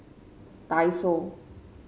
Daiso